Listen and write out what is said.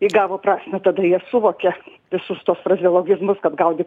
įgavo prasmę tada jie suvokia visus tuos frazeologizmas kad gaudyk